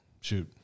shoot